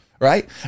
right